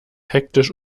hektisch